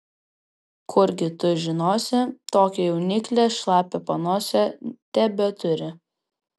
kurgi tu žinosi tokia jauniklė šlapią panosę tebeturi